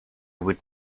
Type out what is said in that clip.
would